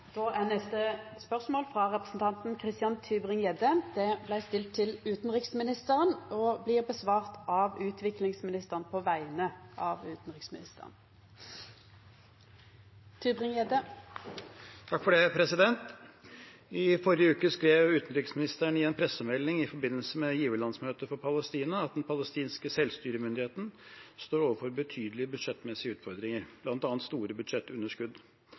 representanten Christian Tybring-Gjedde til utanriksministeren, vil bli svart på av utviklingsministeren på vegner av utanriksministeren. «I går skrev utenriksministeren i en pressemelding i forbindelse med giverlandsmøtet for Palestina at Den palestinske selvstyremyndigheten står overfor betydelige budsjettmessige utfordringer, blant annet store budsjettunderskudd.